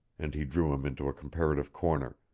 and he drew him into a comparative corner.